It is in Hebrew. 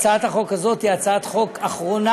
הצעת החוק הזאת היא הצעת חוק אחרונה,